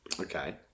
Okay